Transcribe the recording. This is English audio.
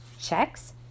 Checks